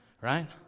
Right